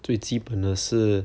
最基本的是